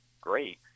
great